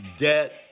debt